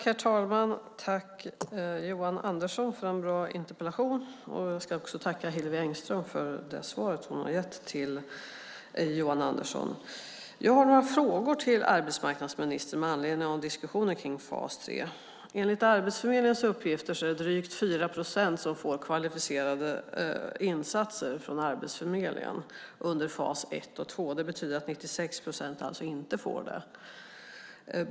Herr talman! Tack, Johan Andersson, för en bra interpellation, och jag ska också tacka Hillevi Engström för det svar hon har gett till Johan Andersson. Jag har några frågor till arbetsmarknadsministern med anledning av diskussionen om fas 3. Enligt Arbetsförmedlingens uppgifter är det drygt 4 procent som är föremål för kvalificerade insatser från Arbetsförmedlingen under fas 1 och fas 2. Det betyder att 96 procent inte är det.